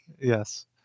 Yes